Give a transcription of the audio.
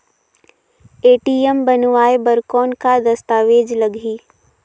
ATM बनवाय बर कौन का दस्तावेज लगही?